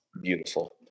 beautiful